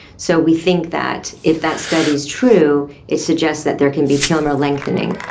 so we think that if that study is true, it suggests that there can be telomere lengthening.